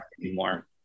anymore